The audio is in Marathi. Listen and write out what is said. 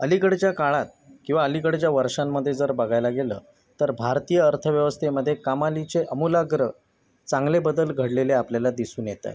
अलीकडच्या काळात किंवा अलीकडच्या वर्षांमध्ये जर बघायला गेलं तर भारतीय अर्थव्यवस्थेमध्ये कमालीचे आमूलाग्र चांगले बदल घडलेले आपल्याला दिसून येत आहेत